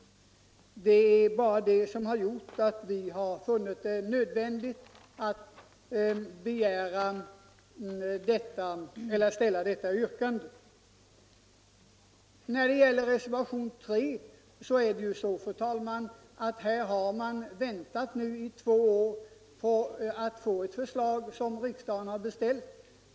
Det är bara det som har gjort att vi har funnit det nödvändigt att framställa ett sådant yrkande. När det gäller reservationen 3 är det så att vi nu har väntat i två år på ett förslag som riksdagen har beställt.